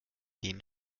gehen